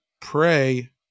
pray